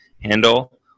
handle